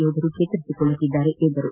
ಯೋಧರು ಚೇತರಿಸಿಕೊಳ್ಳುತ್ತಿದ್ದಾರೆ ಎಂದರು